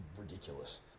ridiculous